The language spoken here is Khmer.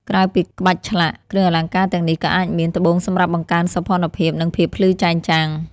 ក្រៅពីក្បាច់ឆ្លាក់ គ្រឿងអលង្ការទាំងនេះក៏អាចមាន ត្បូងសម្រាប់បង្កើនសោភ័ណភាព និងភាពភ្លឺចែងចាំង។